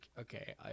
okay